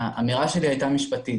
האמירה שלי הייתה משפטית.